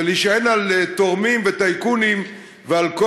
ולהישען על תורמים וטייקונים ועל כל